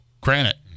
granite